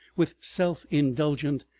with self-indulgent,